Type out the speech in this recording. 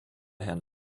herrn